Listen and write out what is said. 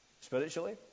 spiritually